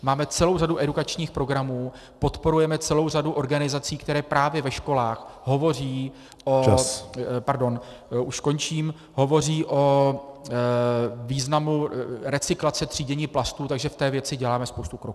Máme celou řadu edukačních programů, podporujeme celou řadu organizací, které právě ve školách hovoří pardon, už končím o významu recyklace a třídění plastů, takže v té věci děláme spoustu kroků.